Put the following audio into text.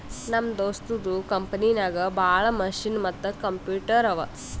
ನಮ್ ದೋಸ್ತದು ಕಂಪನಿನಾಗ್ ಭಾಳ ಮಷಿನ್ ಮತ್ತ ಕಂಪ್ಯೂಟರ್ ಅವಾ